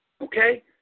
okay